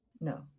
no